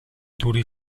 duri